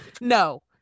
No